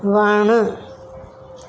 वणु